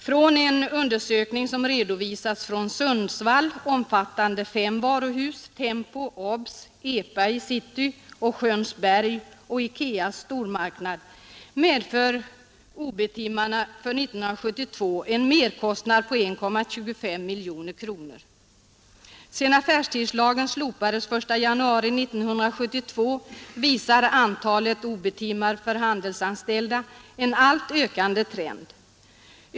Enligt en undersökning som redovisats från Sundsvall, omfattande fem varuhus — Tempo, Obs, EPA i city och Skönsberg samt IKEA stormarknad — medför ob-timmarna för 1972 en merkostnad på 1,25 miljoner kronor. Sedan affärstidslagen slopades den 1 januari 1972 visar antalet ob-timmar för handelsanställda en alltmer ökande trend.